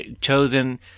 Chosen